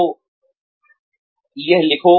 तो यह लिखो